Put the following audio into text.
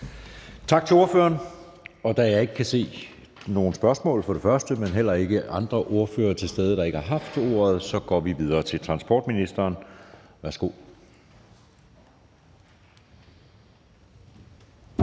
Tak til ordføreren. Da jeg ikke kan se nogen med spørgsmål, og da der heller ikke er andre ordførere til stede, der ikke har haft ordet, går vi videre til transportministeren. Værsgo.